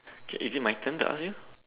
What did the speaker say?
okay is it my turn to ask you